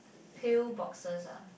pill boxes ah